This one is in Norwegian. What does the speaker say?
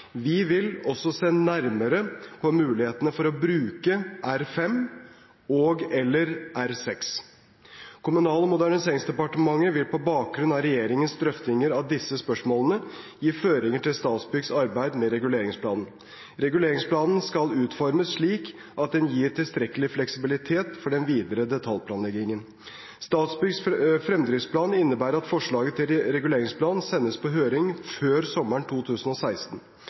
Vi vil også se nærmere på mulighetene for å bruke R5 og/eller R6. Kommunal- og moderniseringsdepartementet vil på bakgrunn av regjeringens drøftinger av disse spørsmålene gi føringer til Statsbyggs arbeid med reguleringsplanen. Reguleringsplanen skal utformes slik at den gir tilstrekkelig fleksibilitet for den videre detaljplanleggingen. Statsbyggs fremdriftsplan innebærer at forslaget til reguleringsplan sendes på høring før sommeren 2016.